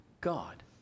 God